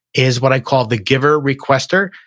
is what i call the giver-requester.